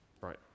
Right